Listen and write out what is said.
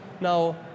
Now